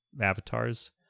avatars